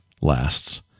lasts